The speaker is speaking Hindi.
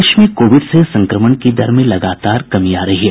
प्रदेश में कोविड से संक्रमण की दर में लगातार कमी आ रही है